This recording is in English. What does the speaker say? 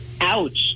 ouch